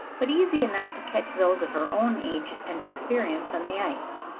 but easy enough to catch those of her own age and experience on the ice.